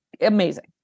amazing